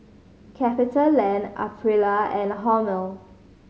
CapitaLand Aprilia and Hormel